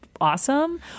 awesome